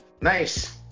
nice